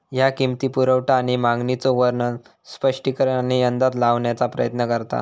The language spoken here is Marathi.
ह्या किंमती, पुरवठा आणि मागणीचो वर्णन, स्पष्टीकरण आणि अंदाज लावण्याचा प्रयत्न करता